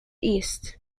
east